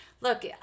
Look